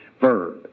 verb